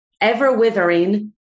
ever-withering